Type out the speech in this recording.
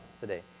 today